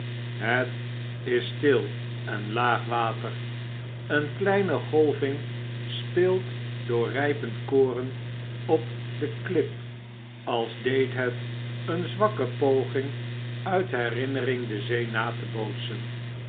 het is stil en laag water een lleine golving speelt door rypend koren op de klip als deed het een zwakke poging uit herinnering de zee na te bootsen